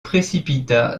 précipita